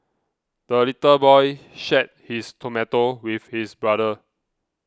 the little boy shared his tomato with his brother